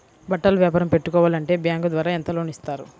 బట్టలు వ్యాపారం పెట్టుకోవాలి అంటే బ్యాంకు ద్వారా ఎంత లోన్ ఇస్తారు?